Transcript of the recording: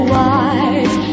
wise